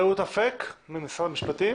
רעות אופק ממשרד המשפטים.